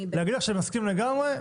להגיד לך שאני מסכים לגמרי?